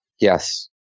Yes